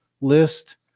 list